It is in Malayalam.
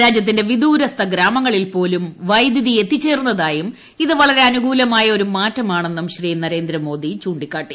രാജ്യത്തിന്റെ വിദൂരസ്ഥ ഗ്രാമങ്ങളിൽ പോലും വൈദ്യുതി എത്തിച്ചേർന്നതായും ഇത് വളരെ അനൂകൂലമായ ഒരു മാറ്റമാണെന്നും അദ്ദേഹം പറഞ്ഞു